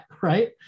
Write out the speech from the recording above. right